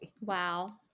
Wow